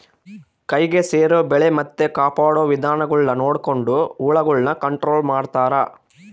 ಕೈಗೆ ಸೇರೊ ಬೆಳೆ ಮತ್ತೆ ಕಾಪಾಡೊ ವಿಧಾನಗುಳ್ನ ನೊಡಕೊಂಡು ಹುಳಗುಳ್ನ ಕಂಟ್ರೊಲು ಮಾಡ್ತಾರಾ